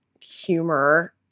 humor